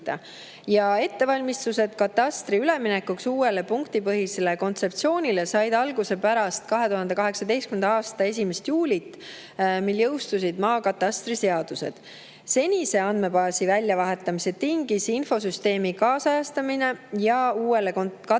Ettevalmistused katastri üleminekuks uuele punktipõhisele kontseptsioonile said alguse pärast 2018. aasta 1. juulit, mil jõustus maakatastriseadus. Senise andmebaasi väljavahetamise tingis infosüsteemi kaasajastamine ja vajadus